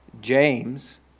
James